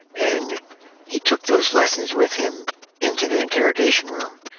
and he took those lessons with him into the interrogation room.